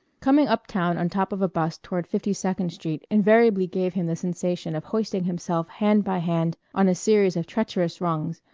coming up-town on top of a bus toward fifty-second street invariably gave him the sensation of hoisting himself hand by hand on a series of treacherous rungs,